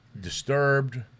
disturbed